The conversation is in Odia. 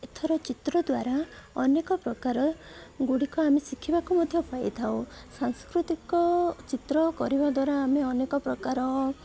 ଏଥର ଚିତ୍ର ଦ୍ୱାରା ଅନେକ ପ୍ରକାର ଗୁଡ଼ିକ ଆମେ ଶିଖିବାକୁ ମଧ୍ୟ ପାଇଥାଉ ସାଂସ୍କୃତିକ ଚିତ୍ର କରିବା ଦ୍ୱାରା ଆମେ ଅନେକ ପ୍ରକାର